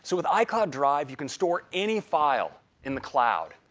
so with icloud drive, you can store any file in the cloud.